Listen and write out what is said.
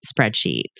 spreadsheets